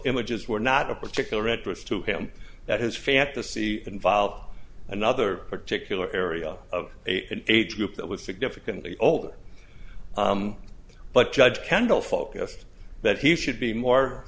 images were not of particular interest to him that his fantasy involved another particular area of an age group that was significantly older but judge kendall focused that he should be more